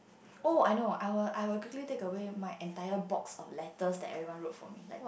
oh I know I will I will quickly take away my entire box of letters that everyone wrote for me like